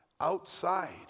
outside